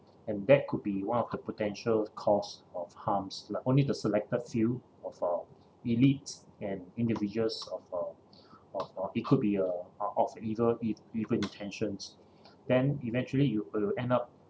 and that could be one of the potential cause of harms like only the selected few of uh elite and individuals of uh of uh it could be uh uh of an evil ev~ evil intentions then eventually you will end up